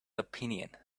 opinion